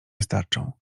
wystarczą